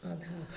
आधा